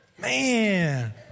Man